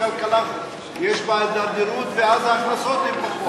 הכלכלה יש בה הידרדרות ואז ההכנסות הן פחות.